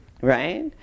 right